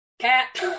Cat